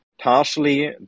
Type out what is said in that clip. partially